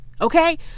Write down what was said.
okay